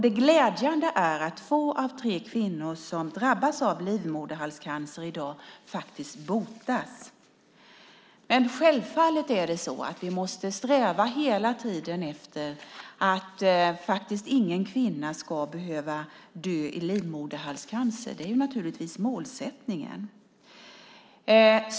Det glädjande är att två av tre kvinnor som drabbas av livmoderhalscancer i dag faktiskt botas. Men självfallet måste vi hela tiden sträva efter att ingen kvinna ska behöva dö i livmoderhalscancer. Det är naturligtvis målsättningen.